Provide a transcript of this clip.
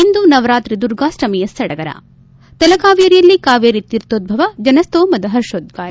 ಇಂದು ನವರಾತ್ರಿ ದುರ್ಗಾಷ್ಟಮಿಯ ಸಡಗರ ತಲಕಾವೇರಿಯಲ್ಲಿ ಕಾವೇರಿ ತೀರ್ಥೋದ್ದವ ಜನಸ್ತೋಮದ ಹರ್ಹೋದ್ಗಾರ